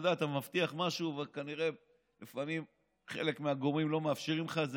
אתה מבטיח משהו ולפעמים חלק מהגורמים לא מאפשרים לך.